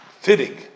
fitting